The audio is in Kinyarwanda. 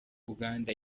uganda